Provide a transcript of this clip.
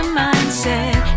mindset